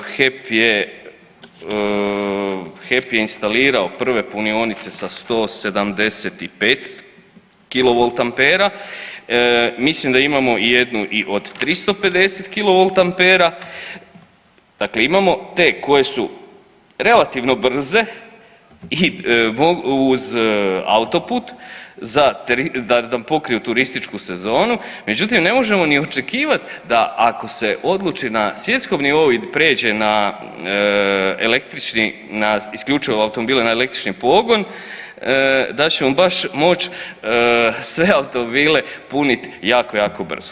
HEP je, HEP je instalirao prve punionice sa 175 kolovolt ampera, mislim da imamo i jednu od 360 kolovolt ampera, dakle imamo te koje su relativno brze i uz autoput za, da nam pokriju turističku sezonu međutim ne možemo ni očekivati da ako se odluči na svjetskom nivou ili pređe na električni, na isključivo automobile na električni pogon da ćemo baš moći sve automobile punit jako, jako brzo.